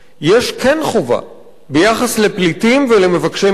יש חובה ביחס לפליטים ולמבקשי מקלט,